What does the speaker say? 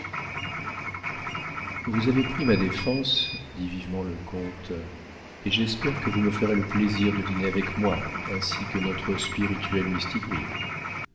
vous avez pris ma défense dit vivement le comte et j'espère que vous me ferez le plaisir de dîner avec moi ainsi que notre spirituel mistigris